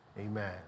Amen